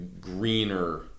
greener